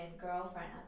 girlfriend